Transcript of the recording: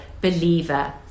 believer